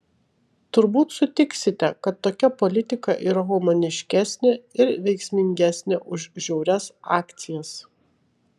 turbūt sutiksite kad tokia politika yra humaniškesnė ir veiksmingesnė už žiaurias akcijas